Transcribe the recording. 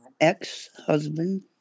ex-husband